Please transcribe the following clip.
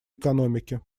экономики